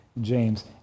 James